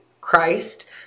christ